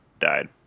died